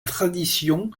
tradition